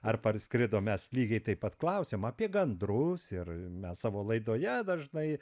ar parskrido mes lygiai taip pat klausiam apie gandrus ir mes savo laidoje dažnai